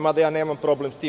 Mada, ja nemam problem sa tim.